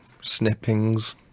snippings